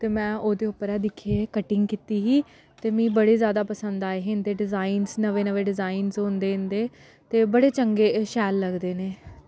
ते मैं ओह्दे उप्पर गै दिक्खियै कटिंग कीती ही ते मीं बड़े जादा पसंद आए हे इंदे डिज़ाईन नमें नमें डिज़ाईनस होंदे इंदे ते बड़े चंगे शैल लगदे न एह्